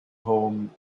home